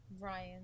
Ryan